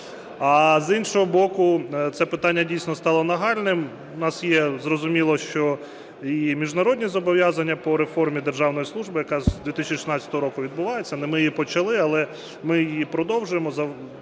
А з іншого боку, це питання дійсно стало нагальним. У нас є, зрозуміло що, і міжнародні зобов'язання по реформі державної служби, яка з 2016 року відбувається, не ми її почали, але ми її продовжуємо,